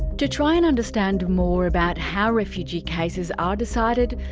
to try and understand more about how refugee cases are decided,